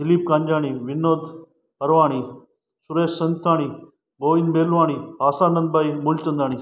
दिलीप कंजाणी विनोद परवाणी सुरेश संताणी मोहित मेलवाणी आसानंद भाई मूलचंदाणी